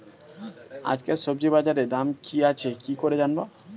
আজকে সবজি বাজারে দাম কি আছে কি করে জানবো?